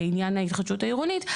בעניין ההתחדשות העירונית.